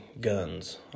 guns